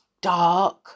dark